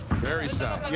very sound. like